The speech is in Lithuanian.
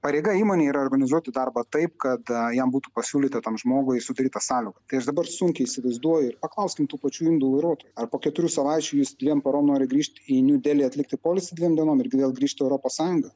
pareiga įmonei yra organizuoti darbą taip kad jam būtų pasiūlyta tam žmogui sudaryta sąlyga tai aš dabar sunkiai įsivaizduoju ir paklauskim tų pačių indų vairuotojų ar po keturių savaičių jis dviem parom nori grįžt į niu delį atlikti poilsį dviem dienom irgi vėl grįžt į europos sąjungą